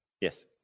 Yes